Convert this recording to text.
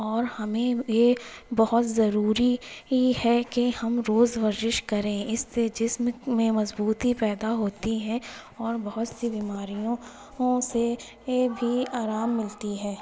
اور ہمیں یہ بہت ضروری یہ ہے کہ ہم روز ورزش کریں اس سے جسم میں مضبوتی پیدا ہوتی ہے اور بہت سی بیماریوں سے یہ بھی آرام ملتی ہے